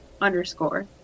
underscore